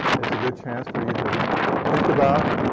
it's a good chance for you to think about,